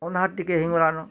ମୋର୍ ନାଁ ଟିକେ ହେଇଁ ଗଲାନ